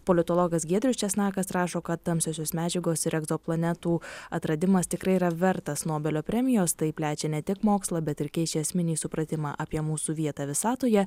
politologas giedrius česnakas rašo kad tamsiosios medžiagos ir egzoplanetų atradimas tikrai yra vertas nobelio premijos tai plečia ne tik mokslą bet ir keičia esminį supratimą apie mūsų vietą visatoje